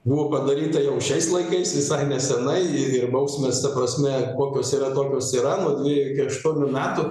buvo padaryta jau šiais laikais visai nesenai i ir bausmės ta prasme kokios yra tokios yra nuo dviejų iki aštuonių metų